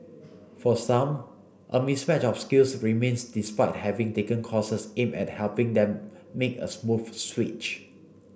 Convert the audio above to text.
for some a mismatch of skills remains despite having taken courses aimed at helping them make a smooth switch